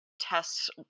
tests